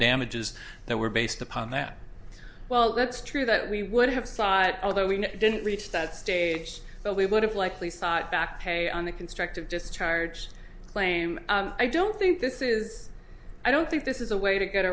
damages that were based upon that well that's true that we would have sought although we didn't reach that stage but we would have likely sought backpay on the constructive just charged claim i don't think this is i don't think this is a way to get